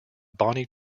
bonnie